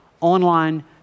online